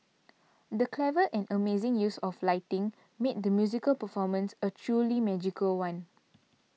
the clever and amazing use of lighting made the musical performance a truly magical one